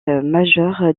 majeur